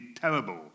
terrible